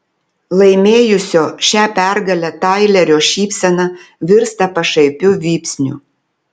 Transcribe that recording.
laimėjusio šią pergalę tailerio šypsena virsta pašaipiu vypsniu